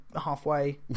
halfway